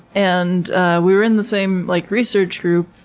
and were in the same like research group,